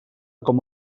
com